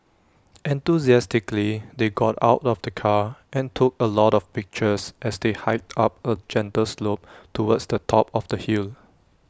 enthusiastically they got out of the car and took A lot of pictures as they hiked up A gentle slope towards the top of the hill